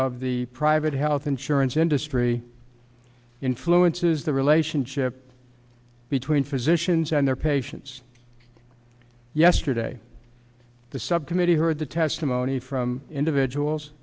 of the private health insurance industry influences the relationship between physicians and their patients yesterday the subcommittee heard the testimony from individuals